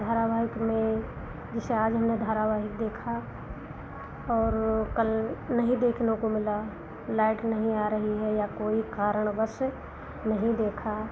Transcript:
धारावाहिक में जैसे आज हमने धारावाहिक देखा और कल नहीं देखने को मिला लाइट नहीं आ रही है या कोई कारणवश नहीं देखा